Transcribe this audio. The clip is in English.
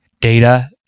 data